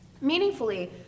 Meaningfully